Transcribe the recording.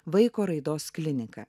vaiko raidos kliniką